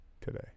today